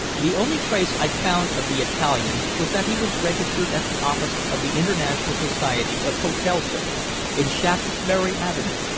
the only trace i found of the italian was that he was registered at the office of the international society of hotel servants, in shaftesbury avenue,